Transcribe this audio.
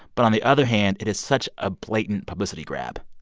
but on the other hand, it is such a blatant publicity grab,